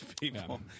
people